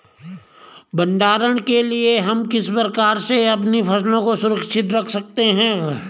भंडारण के लिए हम किस प्रकार से अपनी फसलों को सुरक्षित रख सकते हैं?